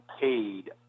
paid